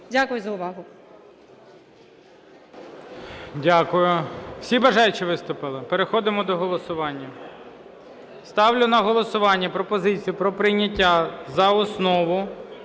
Дякую за увагу.